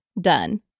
done